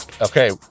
Okay